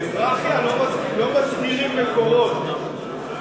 זרחיה, לא מסגירים מקורות.